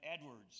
Edwards